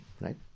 right